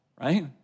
right